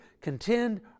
contend